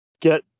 get